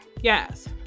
yes